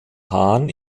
hahn